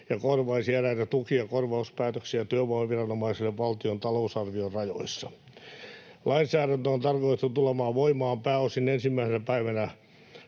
ja korvaisi eräitä tuki- ja korvauspäätöksiä työvoimaviranomaiselle valtion talousarvion rajoissa. Lainsäädäntö on tarkoitettu tulemaan voimaan pääosin 1. päivänä